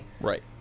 Right